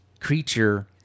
creature